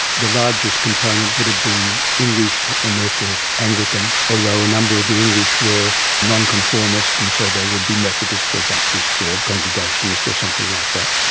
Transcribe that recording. the largest component would have been english and therefore anglican, although a number of the english were nonconformist and so they would be methodists or baptists or congregationalists or something like that.